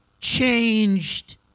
changed